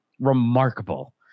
remarkable